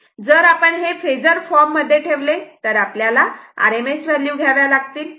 जर आपण हे फेजर फॉर्म मध्ये ठेवले तर आपल्याला RMS व्हॅल्यू घ्याव्या लागतील